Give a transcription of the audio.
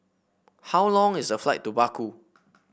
how long is the flight to Baku